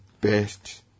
best